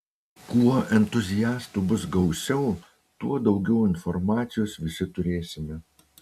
kuo entuziastų bus gausiau tuo daugiau informacijos visi turėsime